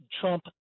Trump